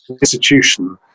institution